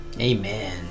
Amen